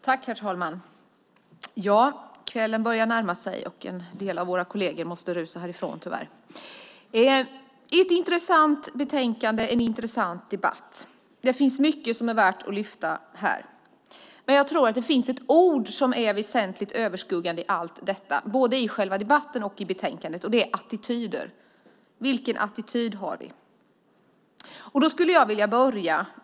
Herr talman! Kvällen börjar närma sig och en del av våra kolleger måste tyvärr rusa härifrån. Det är ett intressant betänkande och en intressant debatt. Det finns mycket som är värt att lyfta fram här. Men det finns ett ord som är väsentligt överskuggande både i själva debatten och i betänkandet, och det är attityder. Vilken attityd har vi?